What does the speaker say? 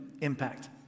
impact